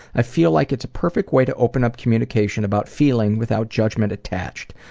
i feel like it's a perfect way to open up communication about feeling without judgment attached.